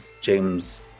james